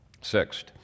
sixth